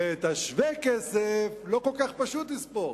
ואת השווה כסף לא כל כך פשוט לספור.